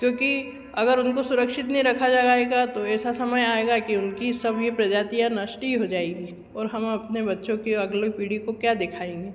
क्योंकि अगर उनको सुरक्षित नहीं रखा जाएगा तो ऐसा समय आएगा कि उनकी सभी प्रजातियाँ नष्ट ही हो जाएगी और हम अपने बच्चों की अगली पीढ़ी को क्या दिखाएंगे